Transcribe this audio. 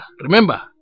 Remember